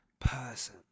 person